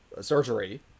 surgery